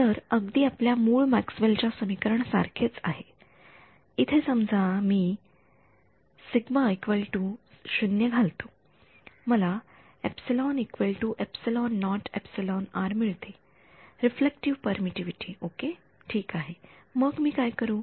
तर अगदी आपल्या मूळ मॅक्सवेल च्या समीकरण सारखेच आहे इथे समजा मी घालतो मला मिळते रिलेटिव्ह परमिटिव्हिटी ओके ठीक आहे मग मी काय करू